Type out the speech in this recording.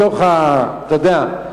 מתוך זה שאתה יודע,